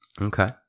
Okay